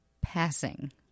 passing